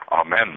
Amen